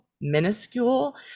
minuscule